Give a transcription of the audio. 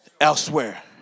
elsewhere